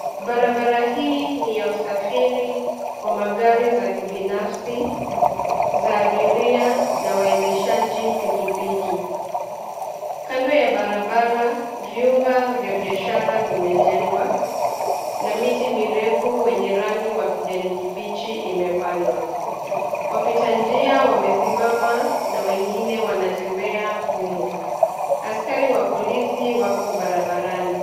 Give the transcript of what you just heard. Barabara hii ni ya usafiri wa magari za kibinafsi, za abiria na waendeshaji pikipiki. Kando ya barabara, vyumba vya biashara vimejengwa na miti mirefu wenye rangi wa kijani kibichi imepandwa. Wapita njia wamesimama na wengine wanatembea humu. Askari wa polisi wako barabarani.